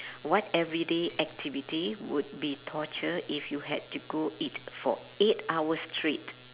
what everyday activity would be torture if you had to do it for eight hours straight